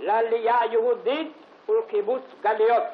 לעלייה היהודית ולקיבוץ גלויות.